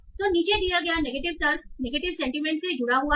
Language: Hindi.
तो नीचे दिया गया नेगेटिव तर्क नेगेटिव सेंटीमेंट से जुड़ा हुआ है